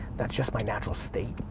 that's just my natural state.